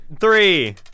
three